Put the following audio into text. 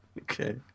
Okay